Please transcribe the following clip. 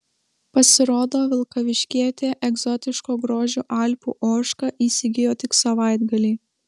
pasirodo vilkaviškietė egzotiško grožio alpių ožką įsigijo tik savaitgalį